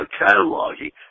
cataloging